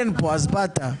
אז באת.